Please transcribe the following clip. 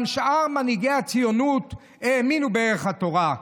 גם שאר מנהיגי הציונות האמינו בערך התורה.